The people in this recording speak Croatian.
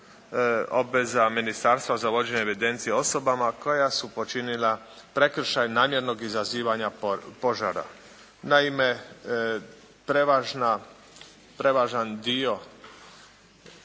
obveza ministarstva za vođenje evidencija o osobama koja su počinila prekršaj namjernog izazivanja požara. Naime, prevažan dio